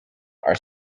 are